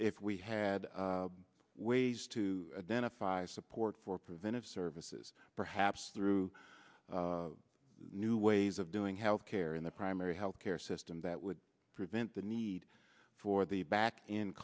if we had ways to identify support for preventive services perhaps through new ways of doing health care in the primary health care system that would prevent the need for the ba